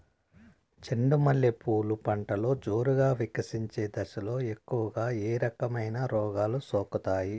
చెండు మల్లె పూలు పంటలో జోరుగా వికసించే దశలో ఎక్కువగా ఏ రకమైన రోగాలు సోకుతాయి?